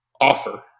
offer